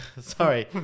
sorry